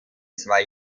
zwei